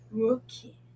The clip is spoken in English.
Okay